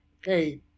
Hey